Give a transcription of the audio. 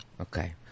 Okay